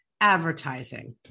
advertising